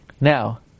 Now